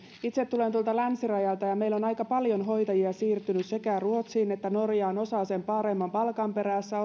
itse tulen tuolta länsirajalta ja meiltä on aika paljon hoitajia siirtynyt sekä ruotsiin että norjaan osa sen paremman palkan perässä